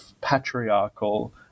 patriarchal